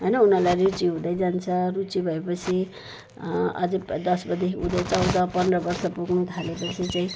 होइन उनीहरूलाई रुचि हुँदै जान्छ रुचि भएपछि अझै दसदेखि उँदो चौध पन्ध्र वर्ष पुग्न थालेपछि चाहिँ